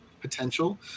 potential